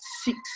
six